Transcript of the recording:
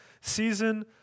season